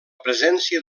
presència